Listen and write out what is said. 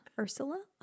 Ursula